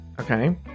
Okay